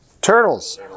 Turtles